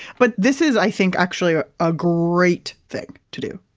but this is i think actually a ah great thing to do.